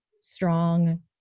strong